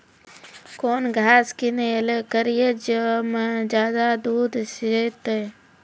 कौन घास किनैल करिए ज मे ज्यादा दूध सेते?